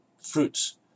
fruits